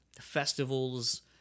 festivals